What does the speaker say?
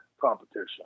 competition